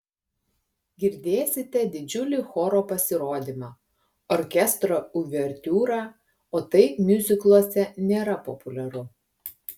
girdėsite didžiulį choro pasirodymą orkestro uvertiūrą o tai miuzikluose nėra populiaru